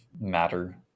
matter